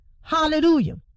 Hallelujah